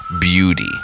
beauty